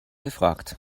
gefragt